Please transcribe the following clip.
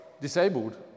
disabled